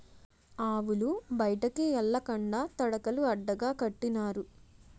ఆవులు బయటికి ఎల్లకండా తడకలు అడ్డగా కట్టినారు